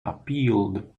appealed